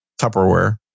Tupperware